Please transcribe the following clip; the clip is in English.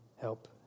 Help